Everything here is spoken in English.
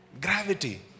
Gravity